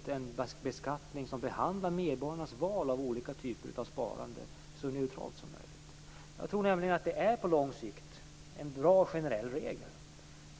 få en beskattning som behandlade medborgarnas val av olika typer av sparande så neutralt som möjligt. Jag tror nämligen att det på lång sikt är en bra generell regel.